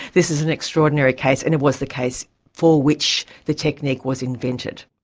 this is an extraordinary case, and it was the case for which the technique was invented.